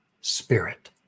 spirit